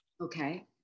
Okay